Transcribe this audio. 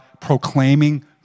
proclaiming